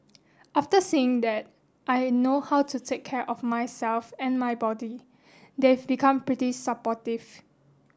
after seeing that I know how to take care of myself and my body they've become pretty supportive